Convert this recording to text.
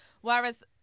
Whereas